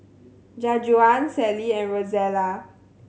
Jajuan Sallie and Rozella